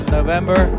November